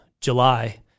July